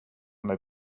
mig